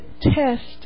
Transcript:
test